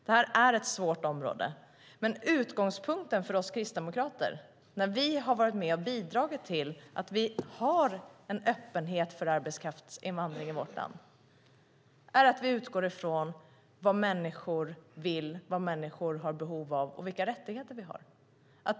Det här är ett svårt område, men utgångspunkten för oss kristdemokrater när vi har varit med och bidragit till att vi har en öppenhet för arbetskraftsinvandring i vårt land är att vi utgår från vad människor vill, vad människor har behov av och vilka rättigheter vi har.